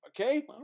Okay